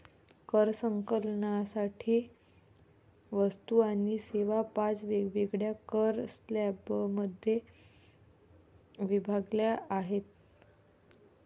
कर संकलनासाठी वस्तू आणि सेवा पाच वेगवेगळ्या कर स्लॅबमध्ये विभागल्या आहेत